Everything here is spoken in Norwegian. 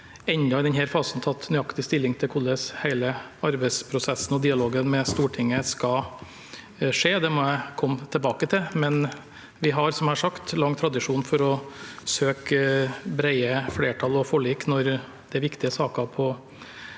ennå, i denne fasen, tatt nøyaktig stilling til hvordan hele arbeidsprosessen og dialogen med Stortinget skal skje. Det må jeg komme tilbake til. Men vi har, som jeg har sagt, lang tradisjon for å søke brede flertall og forlik når det står viktige saker på